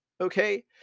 okay